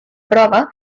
prova